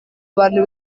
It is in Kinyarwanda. abantu